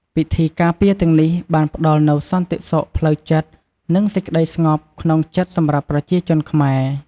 ពិធីការពារទាំងនេះបានផ្តល់នូវសន្តិសុខផ្លូវចិត្ត និងសេចក្តីស្ងប់ក្នុងចិត្តសម្រាប់ប្រជាជនខ្មែរ។